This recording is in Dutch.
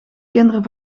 kinderen